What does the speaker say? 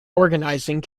organising